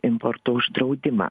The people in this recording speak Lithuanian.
importo uždraudimą